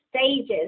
stages